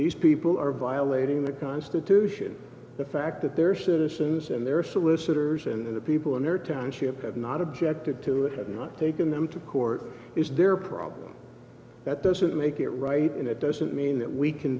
these people are violating the constitution the fact that their citizens and their solicitors and the people in their township have not objected to it have not taken them to court is their problem that doesn't make it right and it doesn't mean that we can